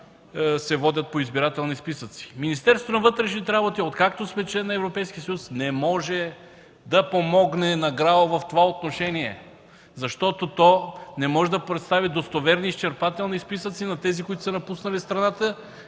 се водят в избирателни списъци. Министерството на вътрешните работи, откакто сме член на Европейския съюз, не може да помогне на ГРАО в това отношение, защото не може да представи достоверни и изчерпателни списъци на напусналите страната